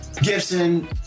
Gibson